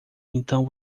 então